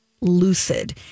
lucid